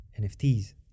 NFTs